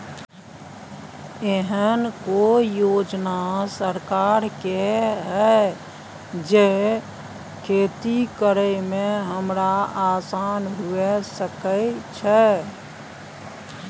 एहन कौय योजना सरकार के है जै खेती करे में हमरा आसान हुए सके छै?